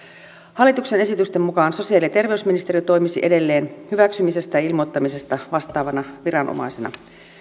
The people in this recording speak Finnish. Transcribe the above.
hallituksen esityksen mukaan sosiaali ja terveysministeriö toimisi edelleen hyväksymisestä ja ilmoittamisesta vastaavana viranomaisena